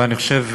ואני חושב,